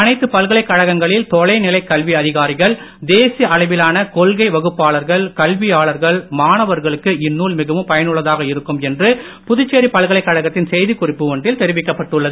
அனைத்துப் பல்கலைக்கழகங்களில் தொலைநிலைக் கல்வி அதிகாரிகள் தேசிய அளவிலான கொள்கை வகுப்பாளர்கள் கல்வியாளர்கள் மாணவர்களுக்கு இந்நூல் மிகவும் பயனுள்ளதாக இருக்கும் என்று புதுச்சேரி பல்கலைக்கழகத்தின் செய்திகுறிப்பு ஒன்றில் தெரிவிக்கப்பட்டுள்ளது